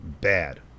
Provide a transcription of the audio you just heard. bad